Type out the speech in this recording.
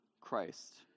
Christ